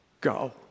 go